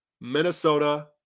Minnesota